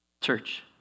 Church